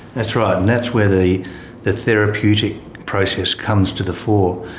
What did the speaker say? that's right, and that's where the the therapeutic process comes to the fore.